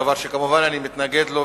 דבר שכמובן אני מתנגד לו,